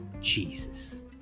jesus